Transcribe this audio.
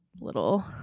little